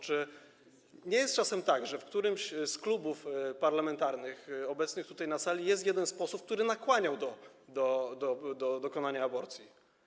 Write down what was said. Czy nie jest czasem tak, że w którymś z klubów parlamentarnych obecnych tutaj na sali jest jeden z posłów, który nakłaniał do dokonania aborcji?